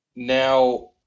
Now